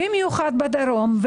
במיוחד בדרום,